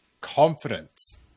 confidence